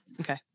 Okay